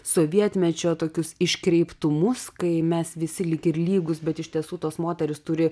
sovietmečio tokius iškreiptumus kai mes visi lyg ir lygūs bet iš tiesų tos moterys turi